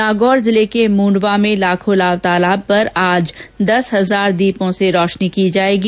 नागौर जिले के मूण्डवा में लाखोलाव तालाब पर आज दस हजार दीपों से रोशनी की जायेगी